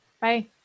Bye